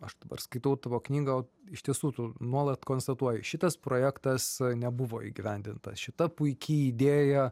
aš dabar skaitau tavo knygą iš tiesų tu nuolat konstatuoji šitas projektas nebuvo įgyvendintas šita puiki idėja